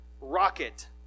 rocket